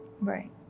Right